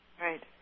Right